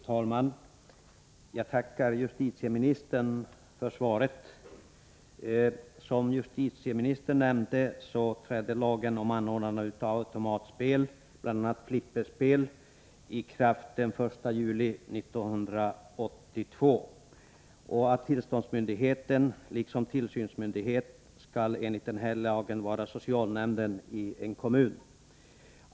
Fru talman! Jag tackar justitieministern för svaret. Som justitieministern nämnde trädde lagen om anordnande av automatspel, bl.a. flipperspel, i kraft den 1 juli 1982. Tillståndsmyndighet liksom tillsynsmyndighet skall enligt denna lag vara socialnämnden i en kommun.